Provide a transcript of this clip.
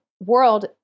World